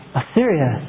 Assyria